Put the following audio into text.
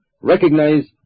recognize